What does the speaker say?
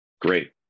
Great